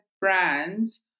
brands